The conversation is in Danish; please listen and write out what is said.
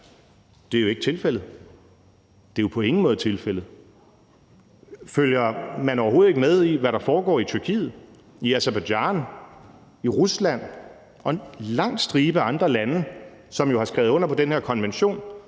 Det er jo ikke tilfældet; det er jo på ingen måde tilfældet. Følger man overhovedet ikke med i, hvad der foregår i Tyrkiet, i Aserbajdsjan, i Rusland og i en lang stribe af andre lande, som jo har skrevet under på den her konvention,